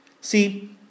See